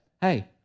Hey